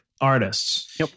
artists